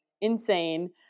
Insane